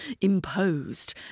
imposed